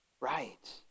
Right